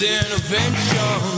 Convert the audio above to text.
intervention